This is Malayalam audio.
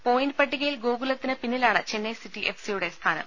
പോയിന്റ് പട്ടികയിൽ ഗോകുലത്തിന് പിന്നിലാണ് ചെന്നൈ സിറ്റി എഫ്സിയുടെ സ്ഥാനം